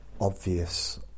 obvious